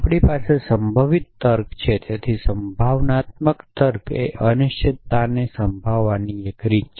આપણી પાસે સંભવિત તર્ક છે તેથી સંભાવનાત્મક તર્ક એ અનિશ્ચિતતાને સંભાળવાની એક રીત છે